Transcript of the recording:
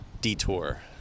detour